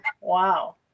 wow